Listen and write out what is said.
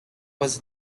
was